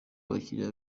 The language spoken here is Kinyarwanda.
abakiriya